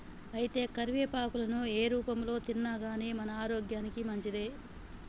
అయితే కరివేపాకులను ఏ రూపంలో తిన్నాగానీ మన ఆరోగ్యానికి మంచిదే